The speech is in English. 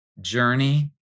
Journey